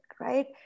right